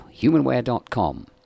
humanware.com